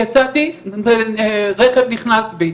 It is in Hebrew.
יצאתי, ורכב נכנס בי.